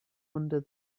under